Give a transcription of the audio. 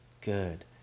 good